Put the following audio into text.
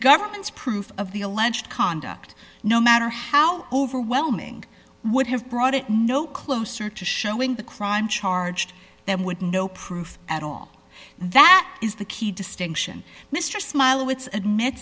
government's proof of the pledged conduct no matter how overwhelming would have brought it no closer to showing the crime charged them with no proof at all that is the key distinction mr